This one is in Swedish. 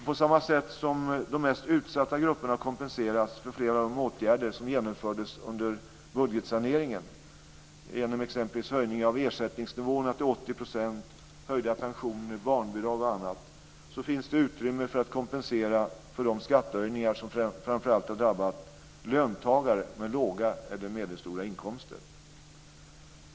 På samma sätt som de mest utsatta grupperna kompenseras för flera av de åtgärder som genomfördes under budgetsaneringen genom exempelvis höjning av ersättningsnivåerna till 80 %, höjda pensioner, barnbidrag och annat, finns det utrymme att kompensera för de skattehöjningar som framför allt har drabbat löntagare med låga eller medelstora inkomster.